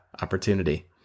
opportunity